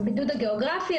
הבידוד הגיאוגרפי,